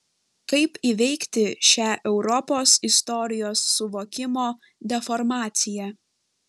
kaip įveikti šią europos istorijos suvokimo deformaciją